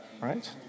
right